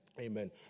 Amen